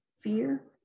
fear